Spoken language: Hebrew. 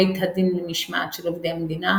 בית הדין למשמעת של עובדי המדינה,